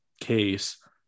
case